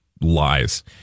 lies